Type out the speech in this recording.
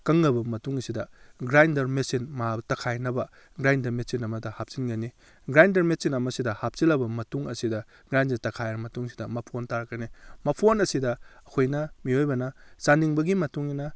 ꯀꯪꯉꯕ ꯃꯇꯨꯡ ꯑꯁꯤꯗ grinder machine ꯃꯥ ꯇꯛꯈꯥꯏꯅꯕ ꯒ꯭ꯔꯥꯏꯟꯗꯔ ꯃꯦꯆꯤꯟ ꯑꯃꯗ ꯍꯥꯞꯆꯤꯟꯒꯅꯤ ꯒ꯭ꯔꯥꯏꯟꯗꯔ ꯃꯦꯆꯤꯟ ꯑꯃꯁꯤꯗ ꯍꯥꯞꯆꯤꯜꯂꯕ ꯃꯇꯨꯡ ꯑꯁꯤꯗ ꯒ꯭ꯔꯥꯏꯟꯗꯔꯗ ꯇꯛꯈꯥꯏꯔ ꯃꯇꯨꯡ ꯑꯁꯤꯗ ꯃꯐꯣꯟ ꯇꯥꯔꯛꯀꯅꯤ ꯃꯐꯣꯟ ꯑꯁꯤꯗ ꯑꯩꯈꯣꯏꯅ ꯃꯤꯑꯣꯏꯕꯅ ꯆꯥꯅꯤꯡꯕꯒꯤ ꯃꯇꯨꯡꯏꯟꯅ